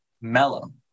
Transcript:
mellow